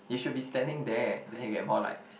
you should be standing there then you get more likes